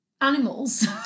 animals